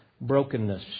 brokenness